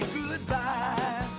goodbye